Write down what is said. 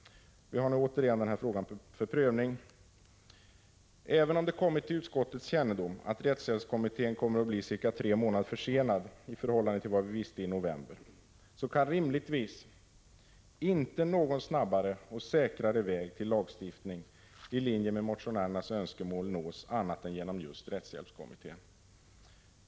Frågan är nu återigen föremål för kammarens prövning. Även om det kommit till utskottets kännedom att rättshjälpskommittén kommer att bli cirka tre månader försenad i förhållande till vad vi visste i november, kan inte rimligtvis lagstiftning i linje med motionärernas önskemål nås någon snabbare och säkrare väg än genom rättshjälpskommittén.